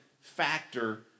factor